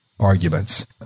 arguments